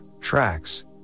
tracks